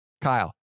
Kyle